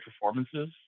performances